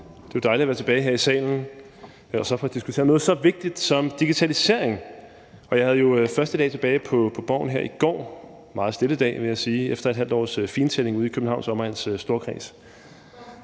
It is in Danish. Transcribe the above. Det er jo dejligt at være tilbage her i salen – og så for at diskutere noget så vigtigt som digitalisering! Jeg havde jo første dag tilbage på Borgen her i går. Det var en meget stille dag, vil jeg sige, efter et halvt års fintælling ude i Københavns Omegns Storkreds.